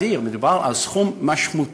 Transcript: האדיר מדובר על סכום משמעותי,